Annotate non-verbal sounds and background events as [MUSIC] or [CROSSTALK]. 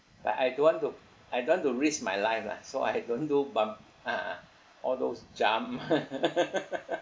but I don't want to I don't want to risk my life lah so I don't do bump ah all those jump [LAUGHS]